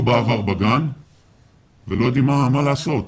היו בעבר בגן ולא יודעים מה לעשות.